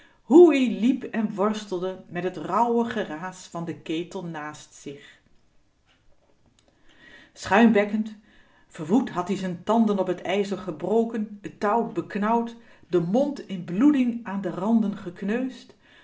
hé ie liep en worstelde met t rauwe geraas van den ketel naast zich schuimbekkend verwoed had-ie z'n tanden op t ijzer gebroken t touw beknauwd den mond in bloeding aan de randen gekneusd